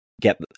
get